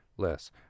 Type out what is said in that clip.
Less